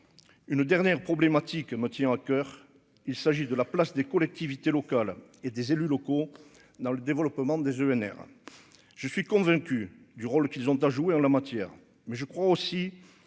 Une dernière problématique me tient à coeur, il s'agit de la place des collectivités locales et des élus locaux dans le développement des ENR, je suis convaincu du rôle qu'ils ont à jouer en la matière, mais je crois aussi